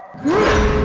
were